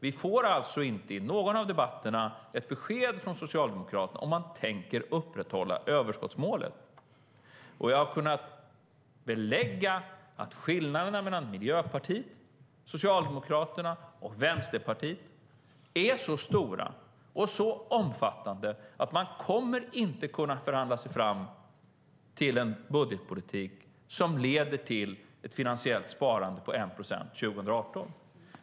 Vi får inte i någon av debatterna besked från Socialdemokraterna om huruvida man tänker upprätthålla överskottsmålet. Jag har kunnat belägga att skillnaderna mellan Miljöpartiet, Socialdemokraterna och Vänsterpartiet är så stora och så omfattande att man inte kommer att kunna förhandla sig fram till en budgetpolitik som leder till ett finansiellt sparande på 1 procent 2018.